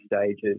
stages